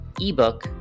ebook